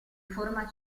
forma